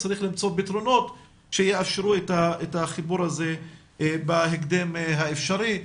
צריך למצוא פתרונות שיאפשרו את החיבור הזה בהקדם האפשרי.